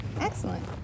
Excellent